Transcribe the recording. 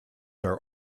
are